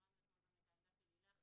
שמענו אתמול גם את העמדה של לילך.